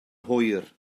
hwyr